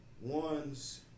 one's